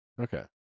Okay